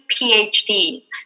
PhDs